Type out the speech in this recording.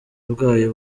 bwayo